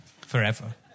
forever